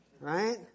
Right